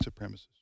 supremacists